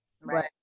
right